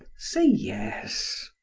say yes.